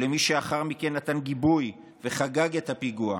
או למי שלאחר מכן נתן גיבוי וחגג את הפיגוע,